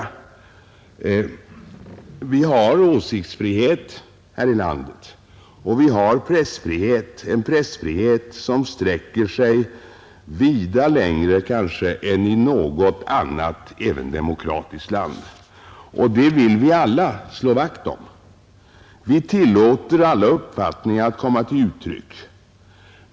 Vi har åsiktsfrihet här i landet, och vi har pressfrihet — en pressfrihet som sträcker sig vida längre än i kanske något annat även demokratiskt land. Detta vill vi alla slå vakt om. Vi tillåter alla uppfattningar att komma till uttryck.